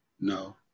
No